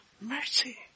mercy